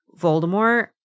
voldemort